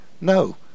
No